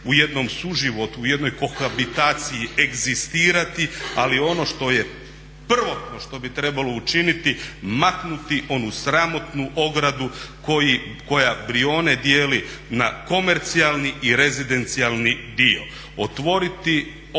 u jednom suživotu, u jednoj kohabitaciji egzistirati. Ali ono što je prvotno što bi trebalo učiniti maknuti onu sramotnu ogradu koja Brijone dijeli na komercijalni i rezidencijalni dio. Otvoriti otok